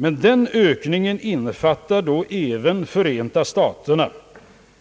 Men den ökningen innefattar även Förenta staterna,